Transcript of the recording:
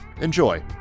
Enjoy